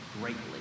greatly